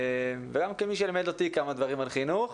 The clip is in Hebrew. וגם כמי שלימד אותי כמה דברים על חינוך,